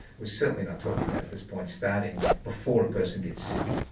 we're certainly not talking about, at this point, starting before a person gets sick.